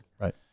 Right